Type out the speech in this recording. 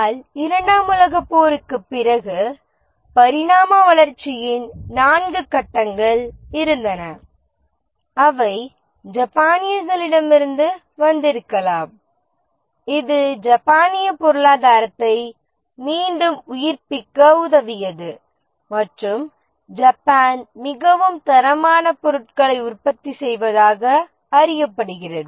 ஆனால் இரண்டாம் உலகப் போருக்குப் பிறகு பரிணாம வளர்ச்சியின் நான்கு கட்டங்கள் இருந்தன அவை ஜப்பானியர்களிடமிருந்து வந்திருக்கலாம் இது ஜப்பானிய பொருளாதாரத்தை மீண்டும் உயிர்ப்பிக்க உதவியது மற்றும் ஜப்பான் மிகவும் தரமான பொருட்களை உற்பத்தி செய்வதாக அறியப்படுகிறது